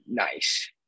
Nice